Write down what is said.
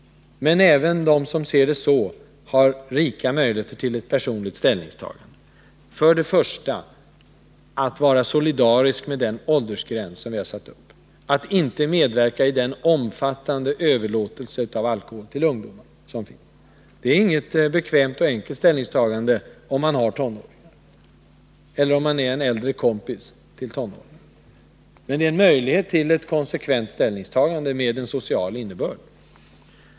Men även de som ser det så har rika möjligheter till ett personligt ställningstagande. För det första kan man solidariskt respektera den åldersgräns som vi har satt upp, dvs. låta bli att medverka i den omfattande överlåtelse till ungdom som nu förekommer. Det är inget bekvämt och enkelt ställningstagande om man har tonåringar hemma eller om man är äldre kompis till tonåringar, men det är en möjlighet till konsekvent handlande med en social innebörd.